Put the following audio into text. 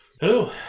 Hello